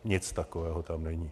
Nic takového tam není.